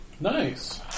Nice